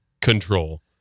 control